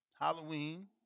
Halloween